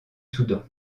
soudan